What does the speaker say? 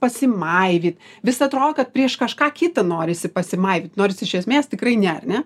pasimaivyt vis atro kad prieš kažką kitą norisi pasimaivyt nors iš esmės tikrai ne ar ne